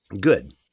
good